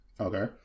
Okay